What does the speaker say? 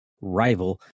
rival